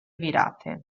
virate